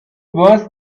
was